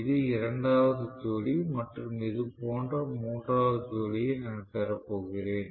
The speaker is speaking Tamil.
இது இரண்டாவது ஜோடி மற்றும் இது போன்ற மூன்றாவது ஜோடியை நான் பெறப்போகிறேன்